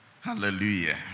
Hallelujah